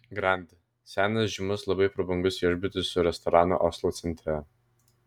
grand senas žymus labai prabangus viešbutis su restoranu oslo centre